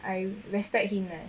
I respect him leh